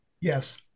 Yes